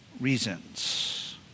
reasons